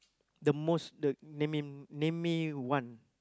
the most the name me name me one